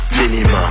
minimum